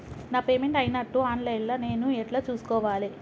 నా పేమెంట్ అయినట్టు online లా నేను ఎట్ల చూస్కోవాలే?